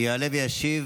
יעלה וישיב